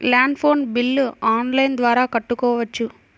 Land phone bill online ద్వారా కట్టుకోవచ్చు?